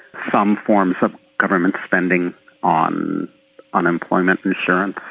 some forms of government spending on unemployment insurance,